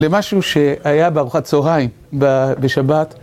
למשהו שהיה בארוחת צהריים בשבת